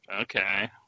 okay